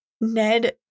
Ned